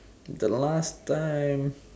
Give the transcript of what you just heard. the last time